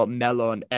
melon